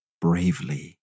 bravely